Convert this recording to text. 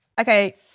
Okay